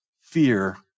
Fear